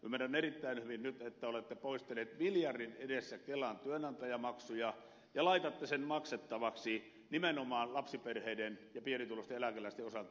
ymmärrän nyt erittäin hyvin että olette poistaneet miljardin edestä kelan työnantajamaksuja ja laitatte sen maksettavaksi nimenomaan lapsiperheiden ja pienituloisten eläkeläisten osalta